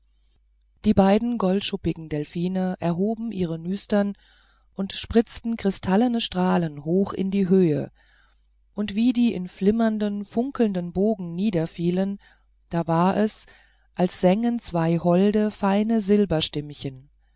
die beiden goldschuppigen delphine erhoben ihre nüstern und spritzten kristallene strahlen hoch in die höhe und wie die in flimmernden und funkelnden bogen niederfielen da war es als sängen zwei holde feine